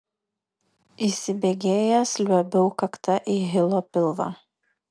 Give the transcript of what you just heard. įsibėgėjęs liuobiau kakta į hilo pilvą